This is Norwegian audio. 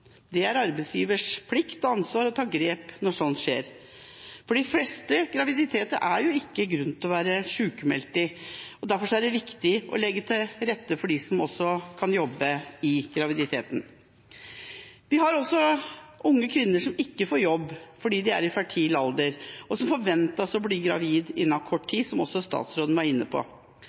det er arbeidsgivers plikt og ansvar å ta grep når slikt skjer. De fleste graviditeter gir ikke grunn til sykmelding, derfor er det viktig å legge til rette for dem som kan jobbe under graviditeten. Vi har også unge kvinner som ikke får jobb fordi de er i fertil alder og forventes å bli gravide innen kort tid, noe også statsråden var inne på.